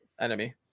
enemy